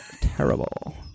terrible